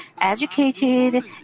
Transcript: educated